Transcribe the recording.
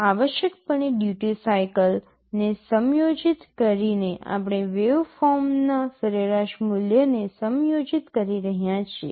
આવશ્યકપણે duty cycle ને સમયોજિત કરીને આપણે વેવફોર્મના સરેરાશ મૂલ્યને સમયોજિત કરી રહ્યા છીએ